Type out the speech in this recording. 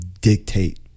dictate